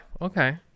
okay